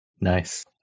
Nice